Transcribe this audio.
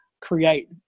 create